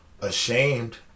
ashamed